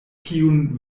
kiun